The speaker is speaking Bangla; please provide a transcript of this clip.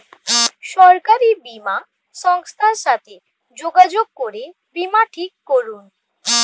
সরকারি বীমা সংস্থার সাথে যোগাযোগ করে বীমা ঠিক করুন